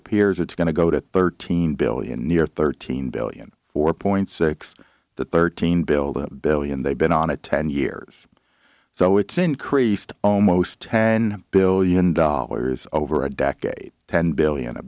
appears it's going to go to thirteen billion near thirteen billion four point six the thirteen build a billion they've been on it ten years so it's increased almost ten billion dollars over a decade ten billion